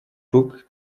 book